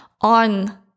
on